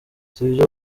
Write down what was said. sivyo